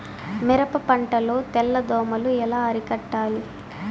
మిరప పంట లో తెల్ల దోమలు ఎలా అరికట్టాలి?